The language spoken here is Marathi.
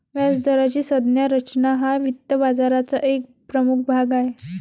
व्याजदराची संज्ञा रचना हा वित्त बाजाराचा एक प्रमुख भाग आहे